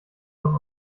von